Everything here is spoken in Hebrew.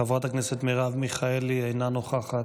חברת הכנסת מרב מיכאלי, אינה נוכחת,